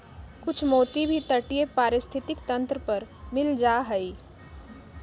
कुछ मोती भी तटीय पारिस्थितिक तंत्र पर मिल जा हई